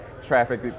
traffic